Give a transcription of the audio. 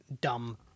dumb